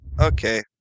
Okay